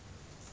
then